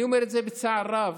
אני אומר את זה בצער רב,